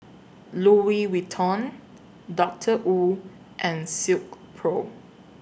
Louis Vuitton Doctor Wu and Silkpro